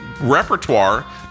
repertoire